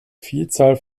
vielzahl